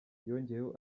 yongeyeho